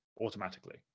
automatically